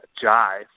Jai